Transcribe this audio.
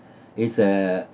is uh